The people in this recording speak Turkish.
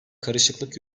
karışıklık